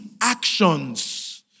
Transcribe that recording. actions